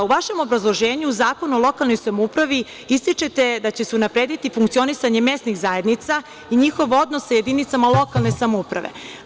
U vašem obrazloženju Zakona o lokalnoj samoupravi ističete da će se unaprediti funkcionisanje mesnih zajednica i njihov odnos sa jedinicama lokalne samouprave.